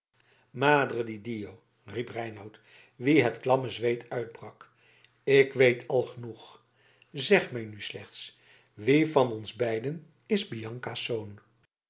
di dio riep reinout wien het klamme zweet uitbrak ik weet al genoeg zeg mij nu slechts wie van ons beiden is bianca's zoon